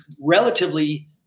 relatively